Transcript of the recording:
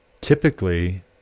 typically